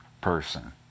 person